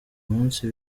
munsi